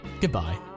goodbye